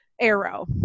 Arrow